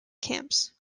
camps